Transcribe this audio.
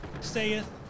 saith